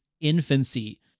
infancy